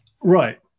right